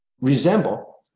resemble